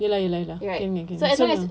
ye lah ye lah can can can can